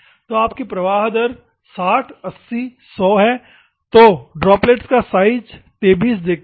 तो आपकी प्रवाह दर 60 80 100 हैं तो ड्रॉपलेट का साइज 23 देखते हैं